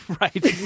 Right